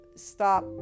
stop